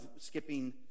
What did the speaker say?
skipping